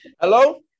Hello